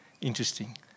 Interesting